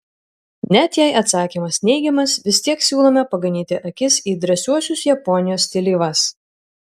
net jei atsakymas neigiamas vis tiek siūlome paganyti akis į drąsiuosius japonijos stileivas